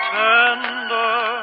tender